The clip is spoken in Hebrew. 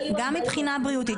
גם מבחינה בריאותית,